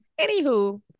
anywho